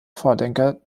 vordenker